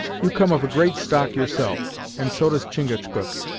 you come of a great stock yourself, and so does chingachgook.